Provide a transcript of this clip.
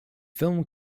film